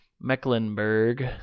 Mecklenburg